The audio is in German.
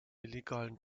illegalen